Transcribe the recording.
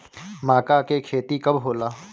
माका के खेती कब होला?